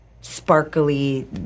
sparkly